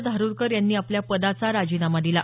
धारुरकर यांनी आपल्या पदाचा राजीनामा दिला